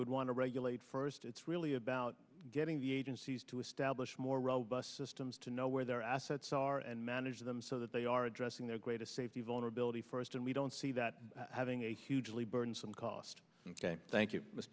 would want to regulate first it's really about getting the agencies to establish more robust systems to know where their assets are and manage them so that they are addressing their greatest safety vulnerability first and we don't see that having a hugely burdensome cost ok thank you